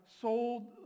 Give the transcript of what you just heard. sold